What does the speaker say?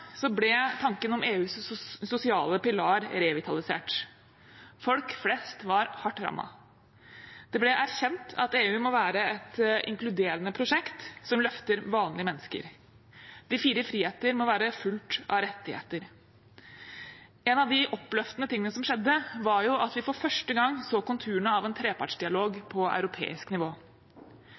ble tanken om EUs sosiale pilar revitalisert. Folk flest var hardt rammet. Det ble erkjent at EU må være et inkluderende prosjekt som løfter vanlige mennesker. De fire friheter må være fulgt av rettigheter. En av de oppløftende tingene som skjedde, var at vi for første gang så konturene av en trepartsdialog på europeisk nivå.